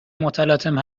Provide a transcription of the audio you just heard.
متلاطم